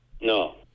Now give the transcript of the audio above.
No